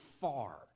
far